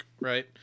right